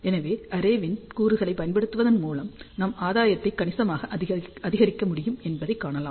எனவே அரே வின் கூறுகளைப் பயன்படுத்துவதன் மூலம் நாம் ஆதாயத்தை கணிசமாக அதிகரிக்க முடியும் என்பதைக் காணலாம்